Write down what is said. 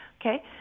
okay